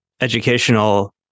educational